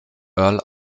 earl